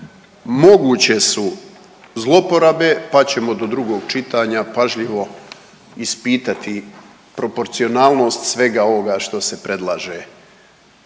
Moguće su zloporabe pa ćemo do drugog čitanja pažljivo ispitati proporcionalnost svega ovoga što se predlaže